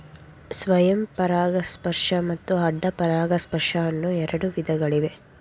ಸ್ವಯಂ ಪರಾಗಸ್ಪರ್ಶ ಮತ್ತು ಅಡ್ಡ ಪರಾಗಸ್ಪರ್ಶ ಅನ್ನೂ ಎರಡು ವಿಧಗಳಿವೆ